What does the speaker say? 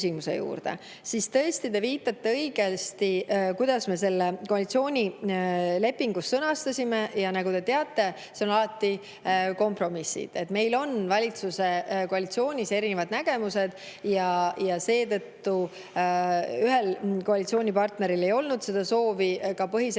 siis tõesti, te viitate õigesti, kuidas me selle koalitsioonilepingus sõnastasime, ja nagu te teate, see on alati kompromiss. Meil on valitsuskoalitsioonis erinevad nägemused ja ühel koalitsioonipartneril ei olnud soovi põhiseadust